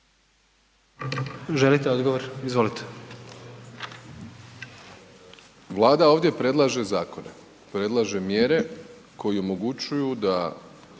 Andrej (HDZ)** Vlada ovdje predlaže zakone, predlaže mjere koje omogućuju da